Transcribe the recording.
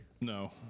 No